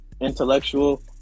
Intellectual